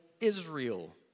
Israel